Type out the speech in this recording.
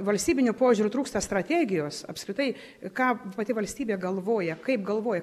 valstybiniu požiūriu trūksta strategijos apskritai ką pati valstybė galvoja kaip galvoja